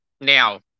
Now